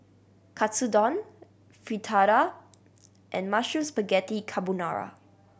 Katsudon Fritada and Mushroom Spaghetti Carbonara